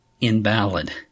invalid